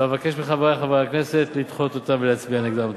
ואבקש מחברי חברי הכנסת לדחות אותן ולהצביע נגדן.